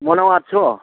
मनाव आदस'